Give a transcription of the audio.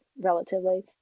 relatively